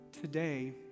Today